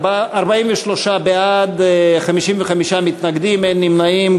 43 בעד, 55 מתנגדים, אין נמנעים.